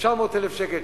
900,000 שקל.